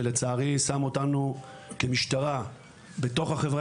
שלצערי שם אותנו כמשטרה בתוך החברה